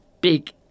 big